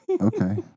Okay